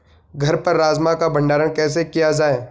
घर पर राजमा का भण्डारण कैसे किया जाय?